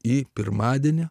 į pirmadienį